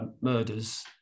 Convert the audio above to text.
murders